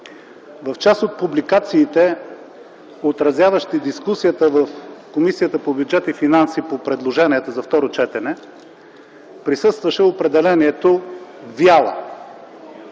В част от публикациите, отразяващи дискусията в Комисията по бюджет и финанси по предложенията за второ четене, присъстваше определението „вяла”.